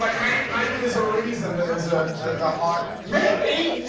like, maybe there's a reason that there's a ah height. maybe!